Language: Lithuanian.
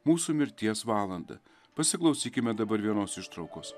mūsų mirties valandą pasiklausykime dabar vienos ištraukos